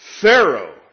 Pharaoh